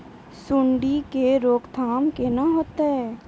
सुंडी के रोकथाम केना होतै?